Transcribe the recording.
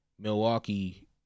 Milwaukee